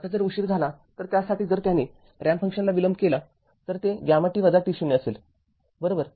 आता जर उशीर झाला तर त्यासाठी जर त्याने रॅम्प फंक्शनला विलंब केला तर ते γt t0 असेल बरोबर